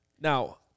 Now